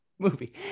movie